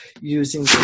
using